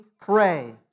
pray